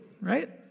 right